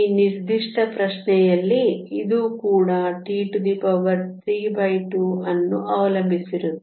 ಈ ನಿರ್ದಿಷ್ಟ ಪ್ರಶ್ನೆಯಲ್ಲಿ ಇದು ಕೂಡ T32 ಅನ್ನು ಅವಲಂಬಿಸಿರುತ್ತದೆ